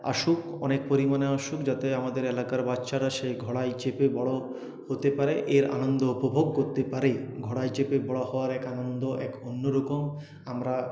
আসুক অনেক পরিমাণে আসুক যাতে আমাদের এলাকার বাচ্চারা সেই ঘোড়ায় চেপে বড়ো হতে পারে এর আনন্দ উপভোগ করতে পারে ঘোড়ায় চেপে বড়ো হওয়ার এক আনন্দ এক অন্যরকম আমরা